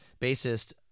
bassist